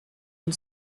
une